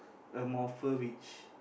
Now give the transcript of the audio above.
a morpher which